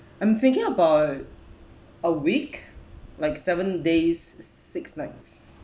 I'm thinking about a week like seven days six nights